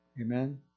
Amen